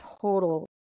total